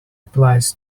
applies